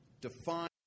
define